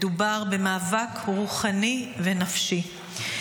מדובר במאבק רוחני ונפשי.